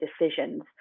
decisions